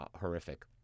horrific